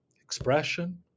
expression